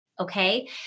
Okay